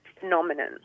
Phenomenon